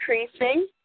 increasing